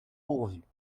pourvus